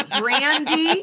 brandy